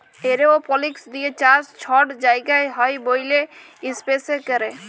এরওপলিক্স দিঁয়ে চাষ ছট জায়গায় হ্যয় ব্যইলে ইস্পেসে ক্যরে